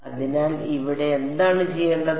അതിനാൽ ഇവിടെ എന്താണ് ചെയ്യേണ്ടത്